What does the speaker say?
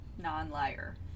non-liar